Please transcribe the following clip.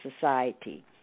Society